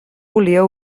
volia